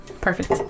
Perfect